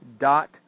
dot